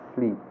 sleep